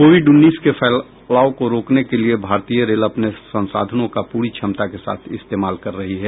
Covid उन्नीस के फैलाव को रोकने के लिये भारतीय रेल अपने संसाधनों का पूरी क्षमता के साथ इस्तेमाल कर रही है